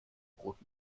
brot